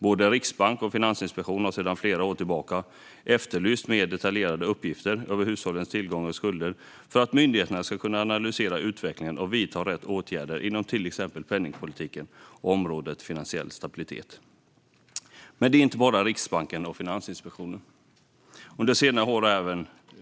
Både Riksbanken och Finansinspektionen har sedan flera år tillbaka efterlyst mer detaljerade uppgifter över hushållens tillgångar och skulder för att myndigheterna ska kunna analysera utvecklingen och vidta rätt åtgärder inom till exempel penningpolitiken och området finansiell stabilitet. Men det är inte bara Riksbanken och Finansinspektionen.